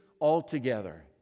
altogether